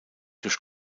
durch